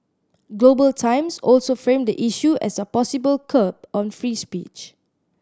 Global Times also framed the issue as a possible curb on free speech